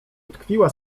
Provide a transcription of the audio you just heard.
utkwiła